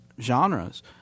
genres